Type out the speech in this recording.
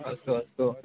अस्तु अस्तु